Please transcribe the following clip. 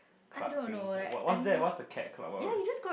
club thing what what's that what's the cat club what what what